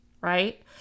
right